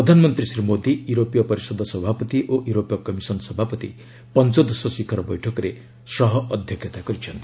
ପ୍ରଧାନମନ୍ତ୍ରୀ ଶ୍ରୀ ମୋଦୀ ୟୁରୋପୀୟ ପରିଷଦ ସଭାପତି ଓ ୟୁରୋପୀୟ କମିଶନ୍ ସଭାପତି ପଞ୍ଚଦଶ ଶିଖର ବୈଠକରେ ସହ ଅଧ୍ୟକ୍ଷତା କରିଛନ୍ତି